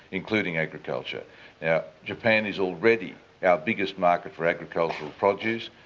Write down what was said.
including agriculture. now japan is already our biggest market for agricultural produce,